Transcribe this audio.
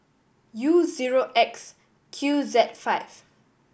U zero X Q Z five